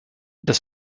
das